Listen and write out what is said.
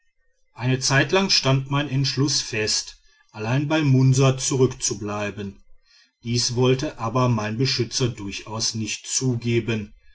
eine zeitlang stand mein entschluß fest allein bei munsa zurückzubleiben dies wollte aber mein beschützer durchaus nicht zugeben